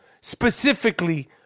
specifically